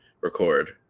record